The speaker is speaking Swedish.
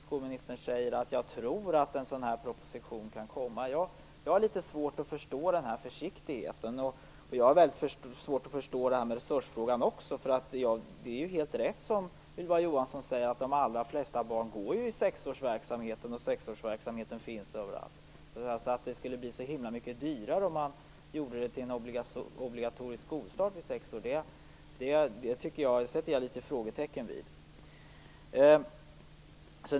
Skolministern sade att hon trodde att en sådan här proposition kan komma. Jag har litet svårt att förstå den försiktigheten. Jag har också väldigt svårt att förstå talet om resurser. Det är ju helt riktigt, som Ylva Johansson säger, att de allra flesta barn deltar i sexårsverksamheten, och sexårsverksamhet finns överallt. Att det skulle bli så mycket dyrare om man införde obligatorisk skolstart vid sex års ålder sätter jag frågetecken för.